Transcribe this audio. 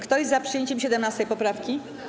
Kto jest za przyjęciem 17. poprawki?